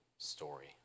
story